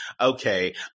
okay